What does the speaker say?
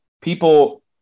people